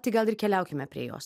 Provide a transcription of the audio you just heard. tai gal ir keliaukime prie jos